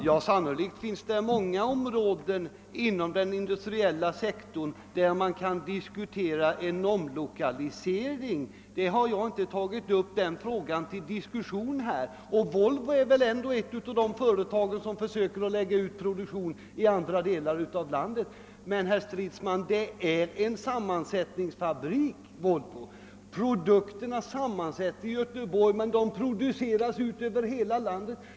Herr talman! Ja, det finns sannolikt många områden inom den industriella sektorn i fråga om vilka man kan diskutera en omlokalisering. Jag har dock inte tagit upp den frågan till diskussion här. Volvo är väl ändå ett av de företag som försöker att lägga ut produktionen till andra delar av landet. Men, herr Stridsman, Volvo är en sammansättningsfabrik. Produkterna sammansätts i Göteborg, men delarna produceras ute över hela landet.